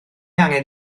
angen